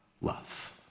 love